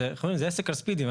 זה עסק על ספידים.